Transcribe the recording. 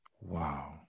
Wow